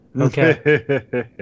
okay